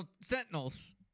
Sentinels